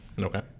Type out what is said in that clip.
Okay